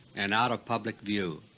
and out of public view.